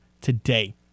today